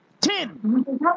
Ten